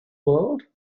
world